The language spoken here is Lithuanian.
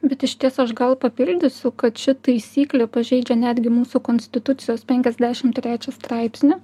bet išties aš gal papildysiu kad ši taisyklė pažeidžia netgi mūsų konstitucijos penkiasdešim trečią straipsnį